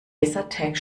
lasertag